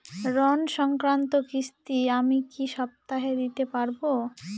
ঋণ সংক্রান্ত কিস্তি আমি কি সপ্তাহে দিতে পারবো?